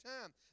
time